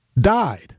died